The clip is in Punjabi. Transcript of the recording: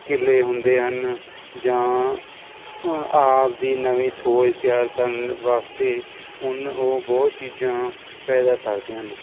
ਕਿਲ੍ਹੇ ਹੁੰਦੇ ਹਨ ਜਾਂ ਆਪਣੀ ਨਵੀਂ ਖੋਜ ਤਿਆਰ ਕਰਨ ਵਾਸਤੇ ਉਨ ਉਹ ਬਹੁਤ ਚੀਜ਼ਾਂ ਪੈਦਾ ਕਰਦੀਆਂ ਹਨ